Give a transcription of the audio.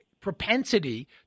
propensity